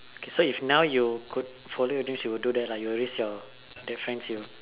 okay so if now you could follow your dreams you would do that lah you would raise your the friends you